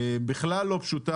בכלל לא פשוטה.